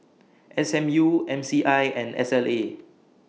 S M U M C I and S L A